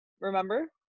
Remember